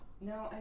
No